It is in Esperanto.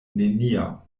neniam